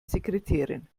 sekretärin